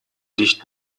dicht